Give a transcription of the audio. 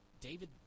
David